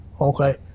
okay